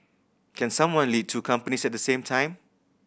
can someone lead two companies at the same time